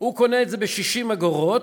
הוא קונה את זה ב-60 אגורות,